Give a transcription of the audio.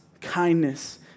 kindness